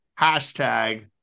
Hashtag